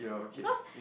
because